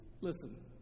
Listen